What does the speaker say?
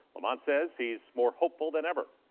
lamonte says he's more hopeful than ever.